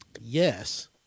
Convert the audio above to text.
Yes